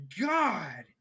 God